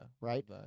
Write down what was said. Right